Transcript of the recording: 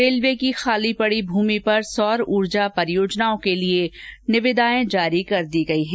railway की खाली पड़ी भूमि पर सौर ऊर्जा परियोजनाओं के लिए टेंडर जारी कर दिए गए हैं